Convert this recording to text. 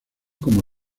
como